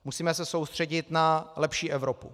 Musíme se soustředit na lepší Evropu.